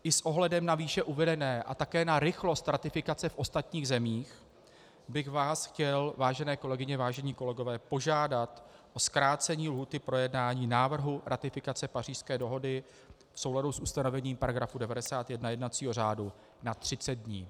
I s ohledem na výše uvedené a také na rychlost ratifikace v ostatních zemích bych vás chtěl, vážené kolegyně, vážení kolegové, požádat o zkrácení lhůty projednání návrhu ratifikace Pařížské dohody v souladu s ustanovením § 91 jednacího řádu na třicet dní.